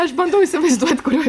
aš bandau įsivaizduot kurioj